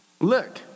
look